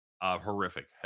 Horrific